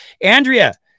Andrea